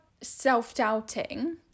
self-doubting